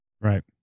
Right